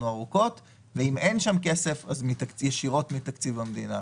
ואם אין שם כסף - ישירות מתקציב המדינה.